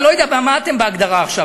אני לא יודע מה אתם בהגדרה עכשיו,